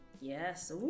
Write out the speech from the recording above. Yes